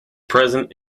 present